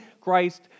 Christ